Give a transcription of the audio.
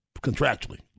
contractually